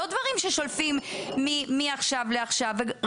אלה לא דברים ששולפים מעכשיו לעכשיו.